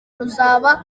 ruzaba